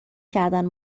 کردن